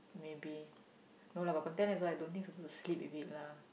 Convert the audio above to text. maybe no lah but contact lens also I don't think supposed to sleep with it lah